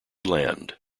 land